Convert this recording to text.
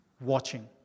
watching